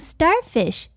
Starfish